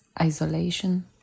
isolation